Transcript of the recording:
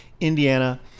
Indiana